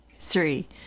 three